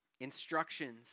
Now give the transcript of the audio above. instructions